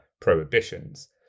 prohibitions